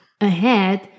ahead